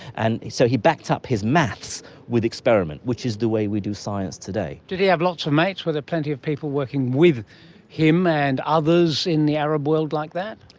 and so he backed up his maths with experiment, which is the way we do science today. did he have lots of mates? were there plenty of people working with him and others in the arab world like that?